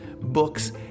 books